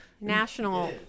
National